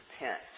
repent